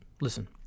listen